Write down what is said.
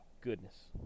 Goodness